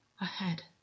ahead